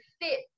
fit